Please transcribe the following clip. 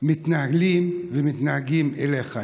מתנהלים ומתנהגים אליך.